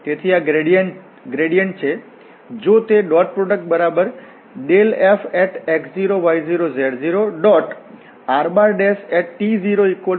તેથી આ ગ્રેડિયેન્ટ છે જો તે ડોટ પ્રોડક્ટ બરાબર ∇fx0y0z0rt00 સમીકરણ આપશે